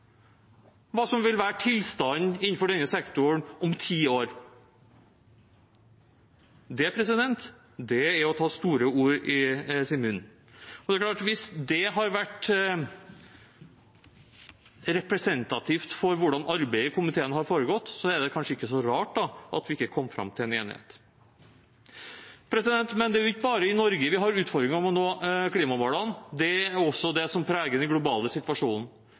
hva tilstanden innenfor denne sektoren vil være om ti år. Det er å ta store ord i sin munn. Og det er klart at hvis det har vært representativt for hvordan arbeidet i komiteen har foregått, er det kanskje ikke så rart at vi ikke kom fram til en enighet. Det er ikke bare i Norge vi har utfordringer med å nå klimamålene. Det er også det som preger den globale situasjonen.